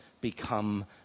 become